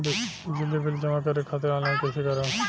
बिजली बिल जमा करे खातिर आनलाइन कइसे करम?